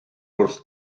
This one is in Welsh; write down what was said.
wrth